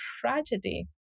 tragedy